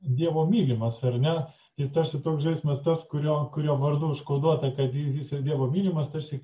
dievo mylimas ar ne ir tas žaismas tas kurio kurio vardu užkoduota kad jis ir dievo mylimas tarsi